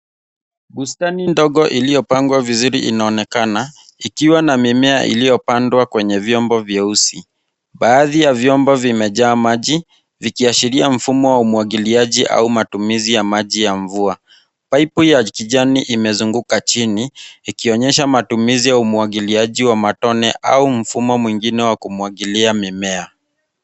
Bustani ndogo iliyopangwa vizuri; inaonekana ikiwa na mimea iliyopandwa kwenye vyombo vyeusi. Baadhi ya vyombo vimejaa maji, vikiashiria mfumo wa umwagiliaji au matumizi ya maji ya mvua. Paipu ya kijani imezunguka chini, ikionyesha matumizi ya umwagiliaji wa matone au mfumo mwingine wa kumwagilia mimea.